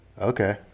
Okay